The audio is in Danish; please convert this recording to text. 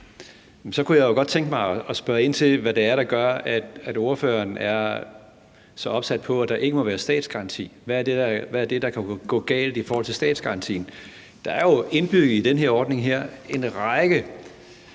Så kunne jeg jo godt tænke mig at spørge ind til, hvad det er, der gør, at ordføreren er så opsat på, at der ikke må være statsgaranti i forhold til belåningen. Hvad er det, der kan gå galt i forhold til statsgarantien? Der er jo i den her ordning indbygget